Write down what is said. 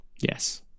yes